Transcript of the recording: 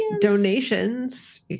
donations